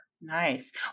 Nice